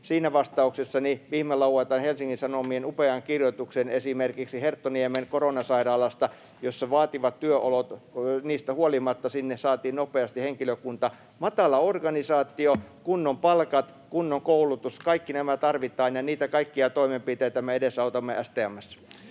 siinä vastauksessani viime lauantain Helsingin Sanomien upeaan kirjoitukseen esimerkiksi Herttoniemen koronasairaalasta, jossa on vaativat työolot. Niistä huolimatta sinne saatiin nopeasti henkilökunta. Matala organisaatio, kunnon palkat, kunnon koulutus, kaikki nämä tarvitaan, ja niitä kaikkia toimenpiteitä me edesautamme STM:ssä.